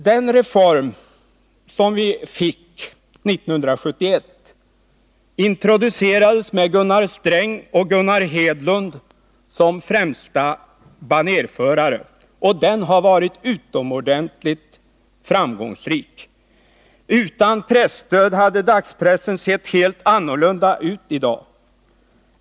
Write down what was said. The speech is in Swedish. Den reform som vi fick 1971 introducerades med Gunnar Sträng och Gunnar Hedlund som främsta banerförare. Den har varit synnerligen framgångsrik. Utan presstöd hade dagspressen sett helt annorlunda ut i dag.